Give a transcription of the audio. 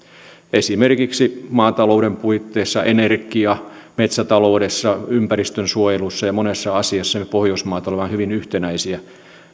esimerkiksi maatalouden puitteissa energia metsätaloudessa ympäristönsuojelussa ja monessa asiassa me pohjoismaat olemme hyvin yhtenäisiä